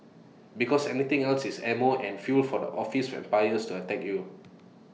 because anything else is ammo and fuel for the office vampires to attack you